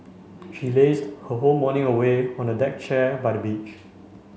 she lazed her whole morning away on the deck chair by the beach